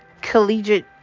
collegiate